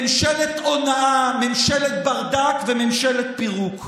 ממשלת הונאה, ממשלת ברדק וממשלת פירוק.